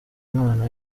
imana